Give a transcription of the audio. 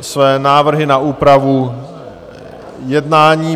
své návrhy na úpravu jednání.